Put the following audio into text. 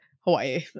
hawaii